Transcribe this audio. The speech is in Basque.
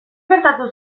gertatu